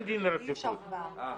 לוועדה שיושבים בה אנשים אינטרסנטיים,